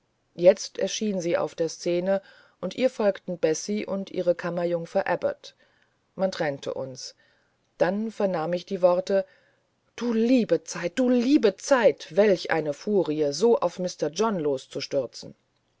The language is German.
jetzt erschien sie auf der scene und ihr folgten bessie und ihre kammerjungfer abbot man trennte uns dann vernahm ich die worte du liebe zeit du liebe zeit welch eine furie so auf mr